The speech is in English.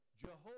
Jehovah